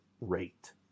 rate